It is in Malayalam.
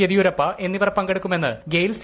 യെദ്യൂരപ്പ എന്നിവർ പങ്കെടുക്കുമെന്ന് ഗെയിൽ സി